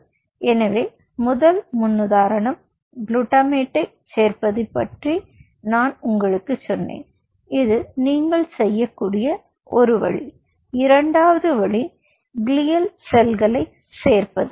எனவே முதல் முன்னுதாரணம் குளுட்டமேட்டைச் சேர்ப்பது பற்றி நான் உங்களுக்குச் சொன்னேன் இது நீங்கள் செய்யக்கூடிய ஒரு வழி இரண்டாவது வழி க்ளியல் செல்களைச் சேர்ப்பது